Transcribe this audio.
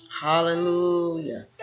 Hallelujah